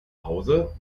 hause